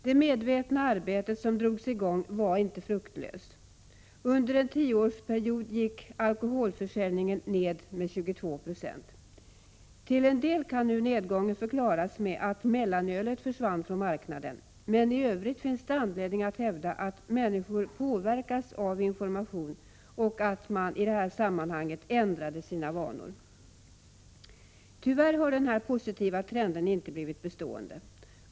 Det medvetna arbete som drogs i gång var inte fruktlöst. Under en tioårsperiod gick alkoholförsäljningen ned med 22 90. Till en del kan nedgången förklaras med att mellanölet försvann från marknaden, men i övrigt finns det anledning att hävda att människor påverkats av informationen och att de ändrade sina vanor. Tyvärr har denna positiva trend inte blivit bestående.